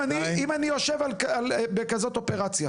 אם אני יושב בכזאת אופרציה,